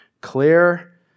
clear